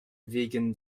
vegan